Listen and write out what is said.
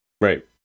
right